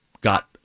got